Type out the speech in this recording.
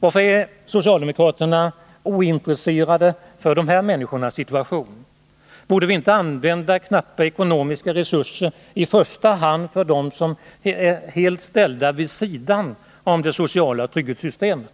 Varför är socialdemokraterna ointresserade av de här människornas situation? Borde vi inte använda våra knappa ekonomiska resurser i första hand för dem som är helt ställda vid sidan av det sociala trygghetssystemet?